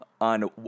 on